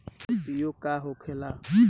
IPO का होखेला?